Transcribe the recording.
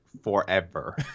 forever